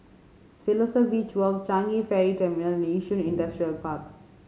Siloso Beach Walk Changi Ferry Terminally Yishun Industrial Park